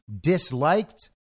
disliked